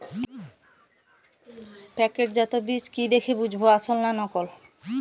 প্যাকেটজাত বীজ কি দেখে বুঝব আসল না নকল?